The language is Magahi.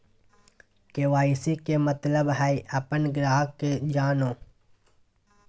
के.वाई.सी के मतलब हइ अपन ग्राहक के जानो